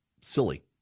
silly